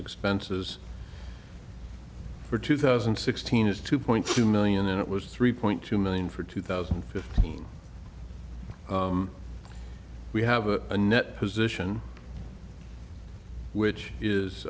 expenses for two thousand and sixteen is two point two million and it was three point two million for two thousand and fifteen we have a net position which is